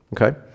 Okay